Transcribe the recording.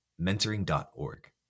mentoring.org